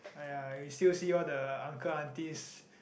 !aiya! you still see all the uncle aunties